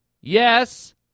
Yes